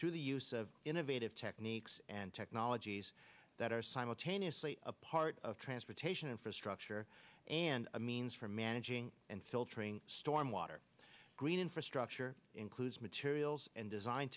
through the use of innovative techniques and technologies that are simultaneously a part of transportation infrastructure and a means for managing and filtering stormwater green infrastructure includes materials and design